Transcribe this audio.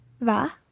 va